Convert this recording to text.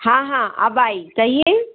हाँ हाँ अब आई कहिए